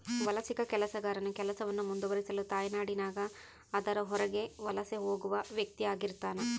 ವಲಸಿಗ ಕೆಲಸಗಾರನು ಕೆಲಸವನ್ನು ಮುಂದುವರಿಸಲು ತಾಯ್ನಾಡಿನಾಗ ಅದರ ಹೊರಗೆ ವಲಸೆ ಹೋಗುವ ವ್ಯಕ್ತಿಆಗಿರ್ತಾನ